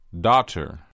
Daughter